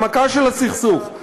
העמקה של הסכסוך,